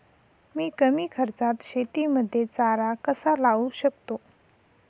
मी कमी खर्चात शेतीमध्ये चारा कसा लावू शकतो?